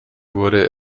wurde